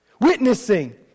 Witnessing